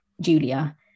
Julia